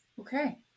okay